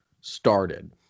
started